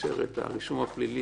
לאשר את הרישום הפלילי,